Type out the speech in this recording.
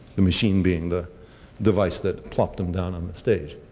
the machine being the device that plot them down on the stage.